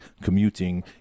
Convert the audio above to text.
commuting